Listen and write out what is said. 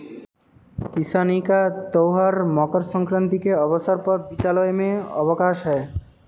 किसानी का त्यौहार मकर सक्रांति के अवसर पर विद्यालय में अवकाश है